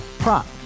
Prop